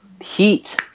heat